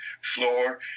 floor